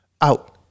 out